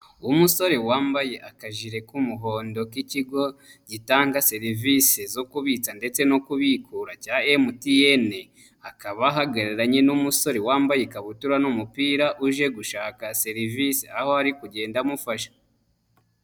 Umusore wambaye akajire k'umuhondo k'ikigo, gitanga serivisi zo kubitsa ndetse no kubikura cya Emutiyeni. Akaba ahagararanye n'umusore wambaye ikabutura n'umupira uje gushaka serivisi aho ari kugenda amufasha.